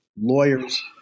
lawyers